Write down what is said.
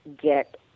get